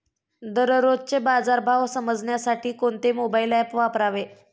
दररोजचे बाजार भाव समजण्यासाठी कोणते मोबाईल ॲप वापरावे?